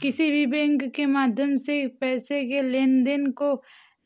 किसी भी बैंक के माध्यम से पैसे के लेनदेन को